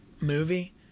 movie